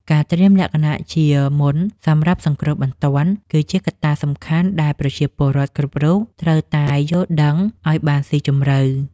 ការត្រៀមលក្ខណៈជាមុនសម្រាប់សង្គ្រោះបន្ទាន់ គឺជាកត្តាសំខាន់ដែលប្រជាពលរដ្ឋគ្រប់រូបត្រូវតែយល់ដឹងឱ្យបានស៊ីជម្រៅ។